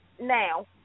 now